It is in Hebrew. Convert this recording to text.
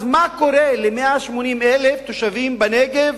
אז מה קורה ל-180,000 תושבים בנגב,